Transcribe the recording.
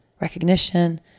Recognition